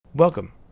Welcome